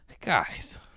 guys